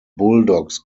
bulldogs